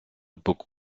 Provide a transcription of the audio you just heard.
бук